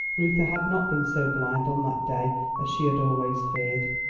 reuther had not been so blind on that day as she had always feared.